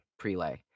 prelay